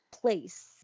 place